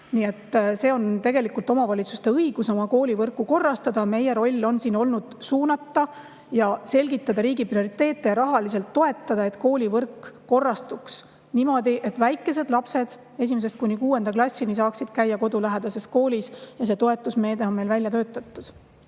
autonoomsed. Tegelikult on omavalitsustel õigus oma koolivõrku korrastada. Meie roll on siin olnud suunata ja selgitada riigi prioriteete ja rahaliselt toetada, et koolivõrk korrastuks niimoodi, et väikesed lapsed esimesest kuni kuuenda klassini saaksid käia kodulähedases koolis. Ja see toetusmeede on meil välja töötatud.